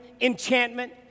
enchantment